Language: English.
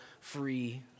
free